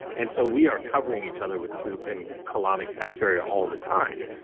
and so, we are covering each other with poop and colonic bacteria all the time.